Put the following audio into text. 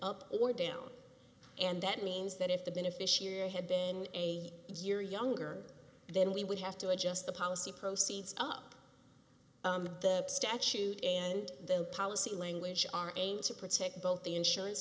up or down and that means that if the beneficiary had been a year younger then we would have to adjust the policy proceeds up the statute and the policy language are aimed to protect both the insurance